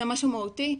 זה משהו מהותי.